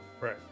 Right